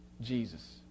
Jesus